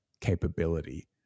capability